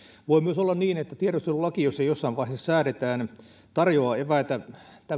voi myös olla niin että tiedustelulaki jos se jossain vaiheessa säädetään tarjoaa eväitä